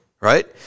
right